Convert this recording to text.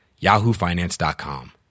yahoofinance.com